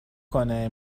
کنه